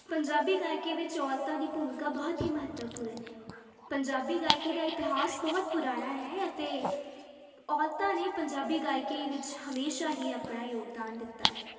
ਪੰਜਾਬੀ ਗਾਇਕੀ ਵਿੱਚ ਔਰਤਾਂ ਦੀ ਭੂਮਿਕਾ ਬਹੁਤ ਹੀ ਮਹੱਤਵਪੂਰਨ ਹੈ ਪੰਜਾਬੀ ਗਾਇਕੀ ਦਾ ਇਤਿਹਾਸ ਬਹੁਤ ਪੁਰਾਣਾ ਹੈ ਅਤੇ ਔਰਤਾਂ ਨੇ ਪੰਜਾਬੀ ਗਾਇਕੀ ਵਿੱਚ ਹਮੇਸ਼ਾ ਹੀ ਆਪਣਾ ਯੋਗਦਾਨ ਦਿੱਤਾ ਹੈ